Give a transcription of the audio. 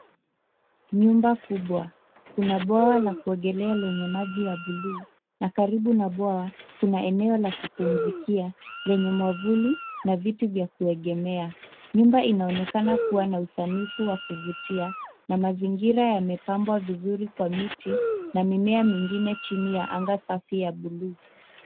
Nyumba kubwa kuna bwawa la kuokelea lenye maji ya bluu na karibu na bwawa kuna eneo la kupumzikia lenye mwavuli na viti vya kuekemea. Nyumba inaonekana kuwa na usanifu wa kufutia na mazingira yamepambwa vizuri kwa miti na mimea mingine jini ya angaa safi ya bluu.